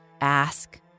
ask